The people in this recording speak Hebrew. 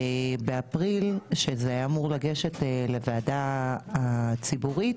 ובאפריל שזה היה אמור לגשת לוועדה הציבורית,